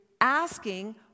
asking